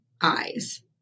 eyes